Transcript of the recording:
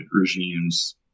regimes